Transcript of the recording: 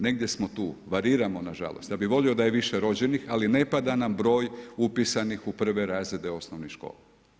Negdje smo tu, variramo nažalost, ja bi volio da je više rođenih ali ne pada nam broj upisanih u 1. razrede osnovne škole.